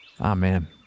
Amen